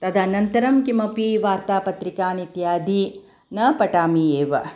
तदनन्तरं किमपि वार्तापत्रिकानित्यादि न पठामि एव